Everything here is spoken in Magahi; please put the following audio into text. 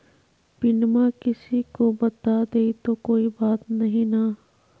पिनमा किसी को बता देई तो कोइ बात नहि ना?